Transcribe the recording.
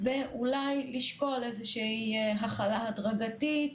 ואולי לשקול איזו שהיא החלה הדרגתית